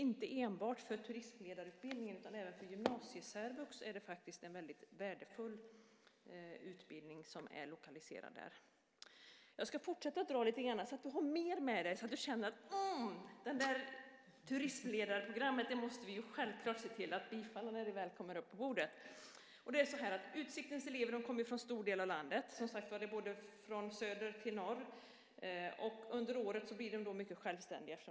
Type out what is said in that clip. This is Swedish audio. Inte enbart för turistledarutbildningen utan även för gymnasiesärvux är det en värdefull utbildning som är lokaliserad där. Jag ska fortsätta att föredra några exempel så att du har mera med dig och du kan känna att det där turistledarprogrammet självfallet ska bifallas när förslaget väl kommer upp på bordet. Utsiktens elever kommer från stora delar av landet, från söder till norr. Under året blir de självständiga.